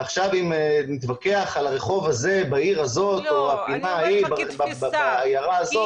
ועכשיו אם נתווכח עם הרחוב הזה בעיר הזאת או הפינה ההיא בעיירה הזאת,